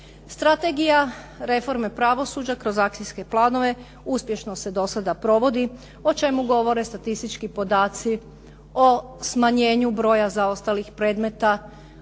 Strategija reforme pravosuđa kroz akcijske planove uspješno se do sada provodi o čemu govore statistički podaci o smanjenju broja zaostalih predmeta